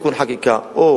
אגורות